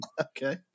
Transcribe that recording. Okay